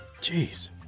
Jeez